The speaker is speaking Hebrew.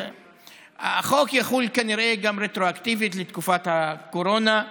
החוק יחול כנראה גם רטרואקטיבית לתקופת הקורונה.